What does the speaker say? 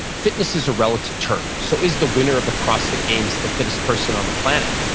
fitness is a relative term. so is the winner of the crossfit games the fittest person on the planet?